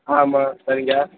ஆமாம் சரிங்க